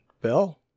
Bill